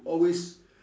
always